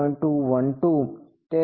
212 છે